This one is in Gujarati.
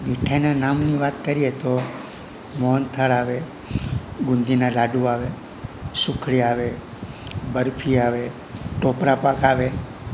મીઠાઈના નામની વાત કરીએ તો મોહનથાળ આવે બુંદીના લાડુ આવે સુખડી આવે બરફી આવે ટોપરા પાક આવે